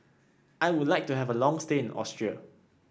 I would like to have a long stay in Austria